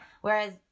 Whereas